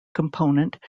component